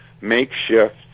makeshift